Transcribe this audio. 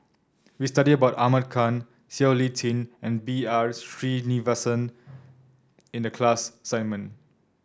we studied about Ahmad Khan Siow Lee Chin and B R Sreenivasan in the class assignment